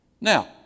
Now